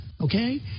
okay